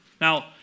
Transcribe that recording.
Now